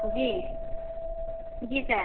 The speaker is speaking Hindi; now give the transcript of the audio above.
जी जी सर